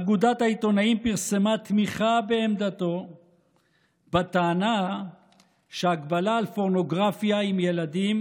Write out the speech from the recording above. אגודת העיתונאים פרסמה תמיכה בעמדתו בטענה שהגבלה על פורנוגרפיה עם ילדים